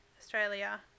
Australia